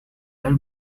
are